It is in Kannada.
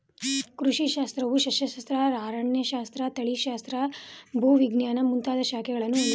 ಕೃಷಿ ಶಾಸ್ತ್ರವು ಸಸ್ಯಶಾಸ್ತ್ರ, ಅರಣ್ಯಶಾಸ್ತ್ರ, ತಳಿಶಾಸ್ತ್ರ, ಭೂವಿಜ್ಞಾನ ಮುಂದಾಗ ಶಾಖೆಗಳನ್ನು ಹೊಂದಿದೆ